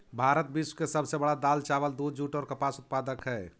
भारत विश्व के सब से बड़ा दाल, चावल, दूध, जुट और कपास उत्पादक हई